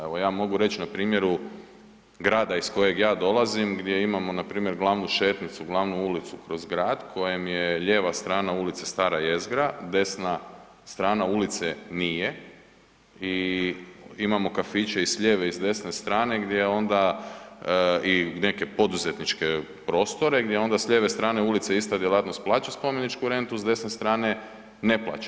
Evo, ja mogu reći na primjeru grada iz kojeg ja dolazim, gdje imamo npr. glavnu šetnicu, glavnu ulicu kroz grad, kojem je lijeva strana ulice stara jezgra, desna strana ulice nije i imamo kafiće i s lijeve i desne strane gdje onda i neke poduzetničke prostore, gdje ona s lijeve strane ulice ista djelatnost plaća spomeničku rentu, s desne strane ne plaća.